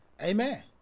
Amen